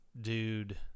dude